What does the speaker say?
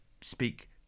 speak